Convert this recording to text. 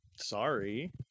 Sorry